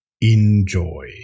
Enjoy